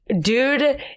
dude